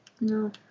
No